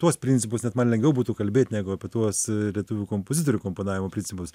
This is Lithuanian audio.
tuos principus net man lengviau būtų kalbėt negu apie tuos lietuvių kompozitorių komponavimo principus